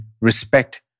respect